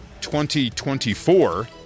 2024